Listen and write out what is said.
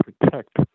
protect